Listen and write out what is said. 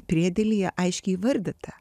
priedėlyje aiškiai įvardyta